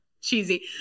cheesy